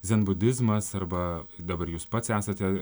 dzenbudizmas arba dabar jūs pats esate